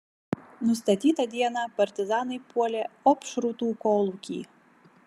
nustatytą dieną partizanai puolė opšrūtų kolūkį